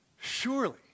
surely